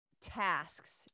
tasks